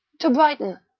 to brighton.